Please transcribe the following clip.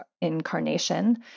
incarnation